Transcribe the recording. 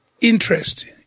interest